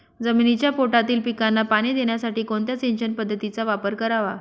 जमिनीच्या पोटातील पिकांना पाणी देण्यासाठी कोणत्या सिंचन पद्धतीचा वापर करावा?